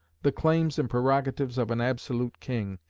the claims and prerogatives of an absolute king,